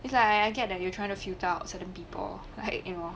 its like I get that we trying to kick out certain people right you know